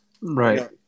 Right